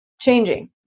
changing